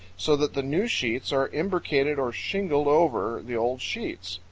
so that the new sheets are imbricated or shingled over the old sheets.